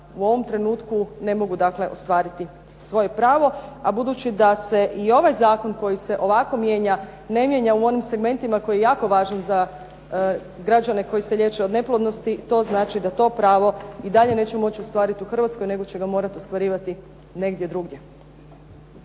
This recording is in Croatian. u ovom trenutku, ne mogu dakle ostvariti svoje pravo, a budući da se i ovaj zakon koji se ovako mijenja ne mijenja u onim segmentima koji je jako važan za građane koji se liječe od neplodnosti, to znači da to pravo i dalje neće moći ostvariti u Hrvatskoj nego će ga morati ostvarivati negdje drugdje.